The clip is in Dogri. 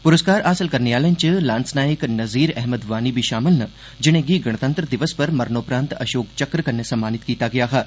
पुरस्कार हासल करने आह्लें च लांस नाईक नज़ीर अहमद वानी बी षामिल न जिनेंगी गणतंत्र दिवस पर मरणोपरांत अषोक चक्र कन्नै सम्मानित कीता गेआ हा